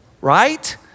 right